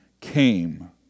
came